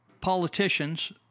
politicians